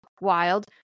wild